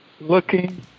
Looking